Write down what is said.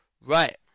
Right